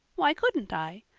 why couldn't i?